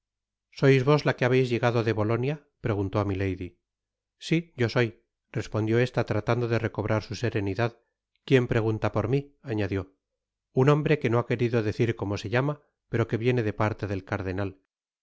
sois vos la que habeis llegado de bolonia preguntó á milady si yo soy respondió esta tratando de recobrar su serenidad quien pregunta por mi añadió iun hombre que no ha querido decir como se ltama pero que viene de parte del cardenal